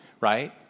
right